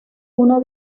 uno